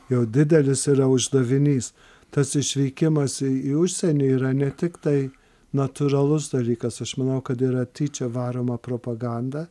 jau didelis yra uždavinys tas išvykimas į į užsienį yra ne tiktai natūralus dalykas aš manau kad yra tyčia varoma propaganda